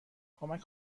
کمک